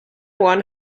one